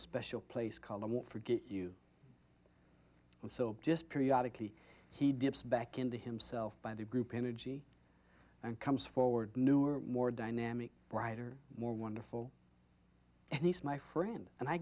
special place called i won't forgive you and so just periodic he he dips back into himself by the group energy and comes forward newer more dynamic brighter more wonderful and he's my friend and i